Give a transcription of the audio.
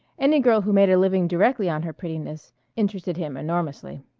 any girl who made a living directly on her prettiness interested him enormously.